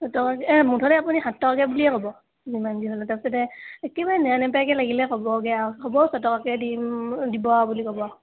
মুঠতে আপুনি সাতটকা বুলিয়েই ক'ব যিমান যি হ'লেও তাৰ পিছতে একেবাৰে নেৰানেপেৰাকৈ লাগিলে ক'বগৈ আৰু হ'ব ছটকাকৈ দিম দিব আৰু বুলি ক'ব